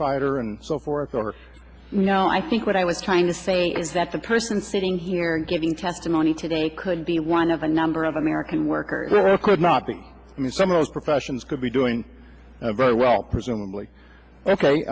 fighter and so forth or you know i think what i was trying to say is that the person sitting here and giving testimony today could be one of a number of american workers who have could not be i mean some of those professions could be doing very well presumably ok